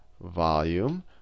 volume